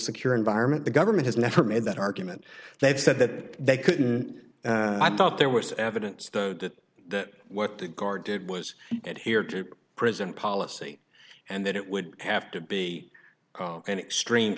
secure environment the government has never made that argument they've said that they couldn't i thought there was evidence that that what the guard did was it here to prison policy and that it would have to be an extreme